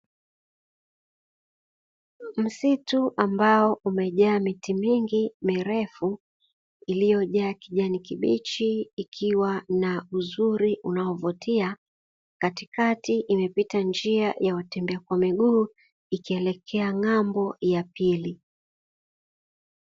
Msitu ambao umejaa miti mingi mirefu iliyojaa kijani kibichi ikiwa na uzuri unaovutia katikati imepita njia ya watembea kwa miguu ikielekea ngambo ya pili.